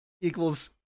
equals